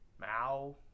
Mao